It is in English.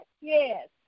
Yes